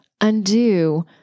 undo